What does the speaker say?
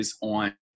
on